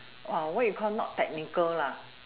what you call not technical lah